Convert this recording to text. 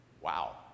Wow